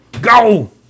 Go